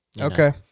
Okay